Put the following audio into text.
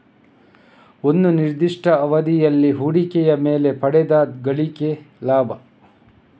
ಒಂದು ನಿರ್ದಿಷ್ಟ ಅವಧಿಯಲ್ಲಿ ಹೂಡಿಕೆಯ ಮೇಲೆ ಪಡೆದ ಗಳಿಕೆ ಲಾಭ